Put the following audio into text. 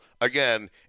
again